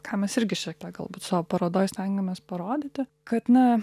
ką mes irgi šiek tiek galbūt savo parodoj stengėmės parodyti kad na